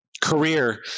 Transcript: career